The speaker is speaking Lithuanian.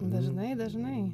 dažnai dažnai